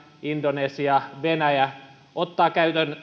indonesia venäjä ottavat